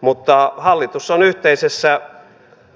mutta hallitus on yhteisessä